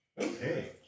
Okay